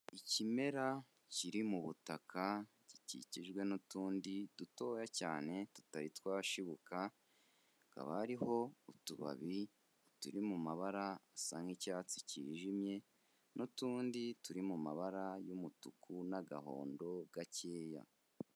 Ikimera kiri mu butaka, gikikijwe n'utundi dutoya cyane tutari twashibuka, hakaba hariho utubabi turi mu mabara asa nk'icyatsi cyijimye n'utundi turi mu mabara y'umutuku n'agahondo gakeya.